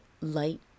light